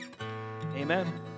Amen